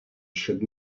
should